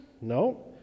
No